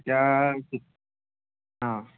এতিয়া অঁ